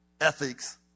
ethics